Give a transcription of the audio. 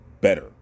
better